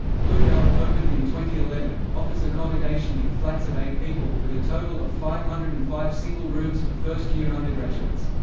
bluebell, opened in two eleven, offers accommodation in flats of eight people, with a total of five hundred and five single rooms for first-year undergraduates.